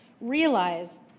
Realize